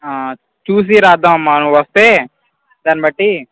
చూసి రాద్దాము అమ్మ నువ్వు వస్తే దాన్ని బట్టి